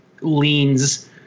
leans